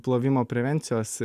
plovimo prevencijos